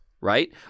Right